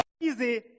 easy